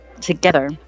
together